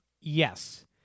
Yes